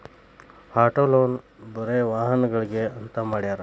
auto loan ಬರೆ ವಾಹನಗ್ಳಿಗೆ ಅಂತ್ ಮಾಡ್ಯಾರ